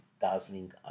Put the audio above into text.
dazzling